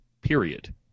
period